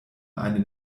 einen